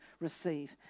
receive